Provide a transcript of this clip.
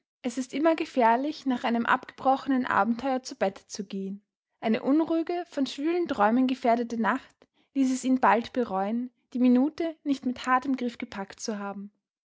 es ist immer gefährlich nach einem abgebrochenen abenteuer zu bette zu gehen eine unruhige von schwülen träumen gefährdete nacht ließ es ihn bald bereuen die minute nicht mit hartem griff gepackt zu haben